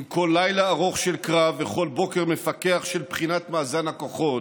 עם כל לילה ארוך של קרב וכל בוקר מפכח של בחינת מאזן הכוחות,